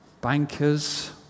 bankers